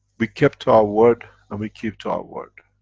we kept our word and we keep to our word.